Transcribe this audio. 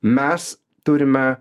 mes turime